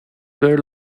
they